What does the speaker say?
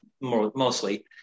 mostly